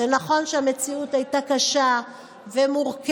שנכון שהמציאות הייתה קשה ומורכבת,